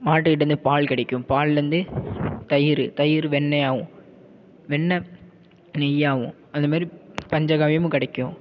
மாட்டுக்கிட்டேந்து பால் கிடைக்கும் பால்லேந்து தயிர் தயிர் வெண்ணையாவும் வெண்ண நெய் ஆவும் அந்தமாதிரி பஞ்சகாவியமும் கிடைக்கும்